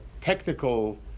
technical